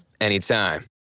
anytime